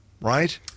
right